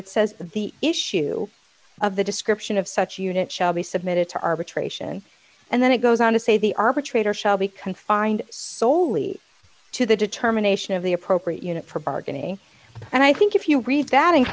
it says the issue of the description of such units shall be submitted to arbitration and then it goes on to say the arbitrator shall be confined soley to the determination of the appropriate unit prepared any and i think if you read that in